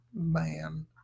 man